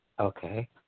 Okay